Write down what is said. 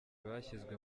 bashyizwe